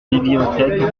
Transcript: bibliothèque